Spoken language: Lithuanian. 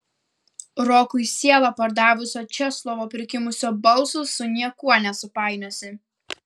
rokui sielą pardavusio česlovo prikimusio balso su niekuo nesupainiosi